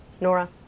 Nora